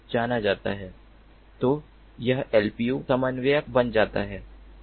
तो यह एलपीयू समन्वयक बन जाता है